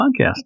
Podcast